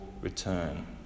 return